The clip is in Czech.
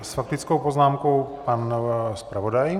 S faktickou poznámkou pan zpravodaj.